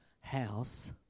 house